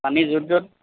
পানী য'ত য'ত